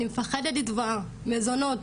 אני מפחדת לתבוע את המזונות,